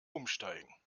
umsteigen